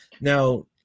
Now